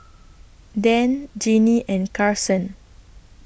Dan Jinnie and Karson